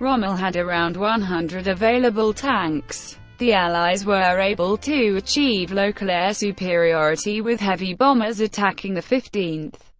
rommel had around one hundred available tanks. the allies were able to achieve local air superiority, with heavy bombers attacking the fifteenth